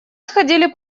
сходили